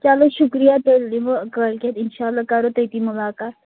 چلو شُکریہ تیٚلہِ یمہٕ بہٕ کٲلۍ کٮ۪تھ اِنشاء اللہ کَرو تٔتی مُلاقات